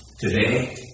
today